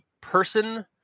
person